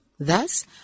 Thus